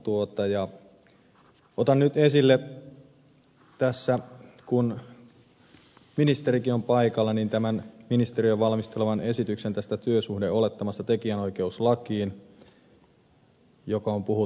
otan nyt esille tässä kun ministerikin on paikalla ministeriön valmisteleman esityksen työsuhdeolettamasta tekijänoikeuslakiin joka on puhuttanut